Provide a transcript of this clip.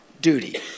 duty